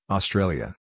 Australia